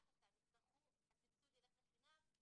מה את רוצה, הסבסוד ילך לחינם?